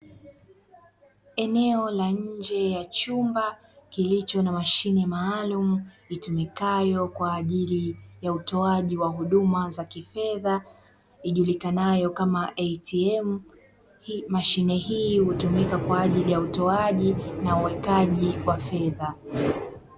Eneo la nje ya chumba kilicho na mashine maalumu itumikayo kwa ajili ya utoaji wa huduma za kifedha ijulikanayo kama "ATM"; mashine hii hutumika kwa ajili ya utoaji na uwekaji wa fedha.